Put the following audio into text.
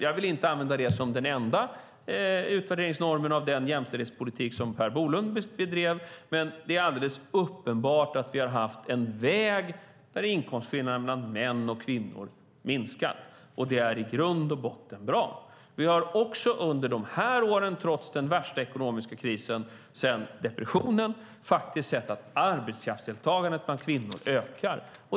Jag vill inte använda detta som den enda utvärderingsnormen av den jämställdhetspolitik som Per Bolund bedrev, men det är alldeles uppenbart att vi har haft en väg där inkomstskillnaderna mellan män och kvinnor minskar. Det är i grund och botten bra. Vi har också under dessa år, trots den värsta ekonomiska krisen sedan depressionen, sett att arbetskraftsdeltagandet bland kvinnor ökar.